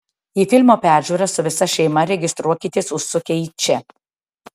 į filmo peržiūrą su visa šeima registruokitės užsukę į čia